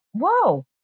whoa